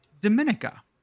dominica